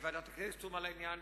לוועדת הכנסת יש תרומה לעניין.